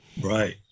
Right